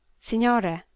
signore,